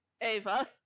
Ava